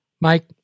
Mike